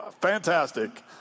fantastic